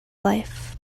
life